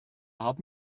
haben